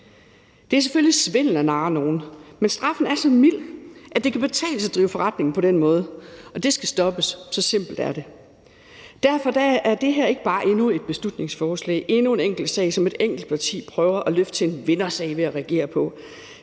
Det er selvfølgelig svindel at narre nogen, men straffen er så mild, at det kan betale sig at drive forretning på den måde, og det skal stoppes. Så simpelt er det. Derfor er det her ikke bare endnu et beslutningsforslag om endnu en enkeltsag, som et enkelt parti prøver at løfte til en vindersag ved at reagere på.